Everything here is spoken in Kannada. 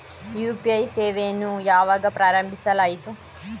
ಯು.ಪಿ.ಐ ಸೇವೆಯನ್ನು ಯಾವಾಗ ಪ್ರಾರಂಭಿಸಲಾಯಿತು?